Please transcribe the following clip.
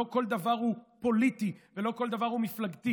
לא כל דבר הוא פוליטי ולא כל דבר הוא מפלגתי,